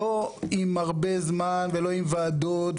לא עם הרבה זמן וועדות.